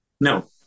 no